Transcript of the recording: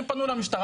הם פנו למשטרה,